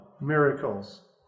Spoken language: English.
miracles